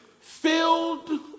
filled